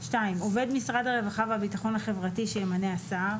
עובד משרד הרווחה והביטחון החברתי שימנה השר,